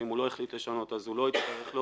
ואם הוא לא החליט אז הוא לא הצטרך להודיע,